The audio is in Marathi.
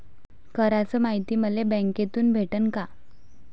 कराच मायती मले बँकेतून भेटन का?